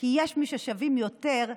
כי יש מי ששווים יותר,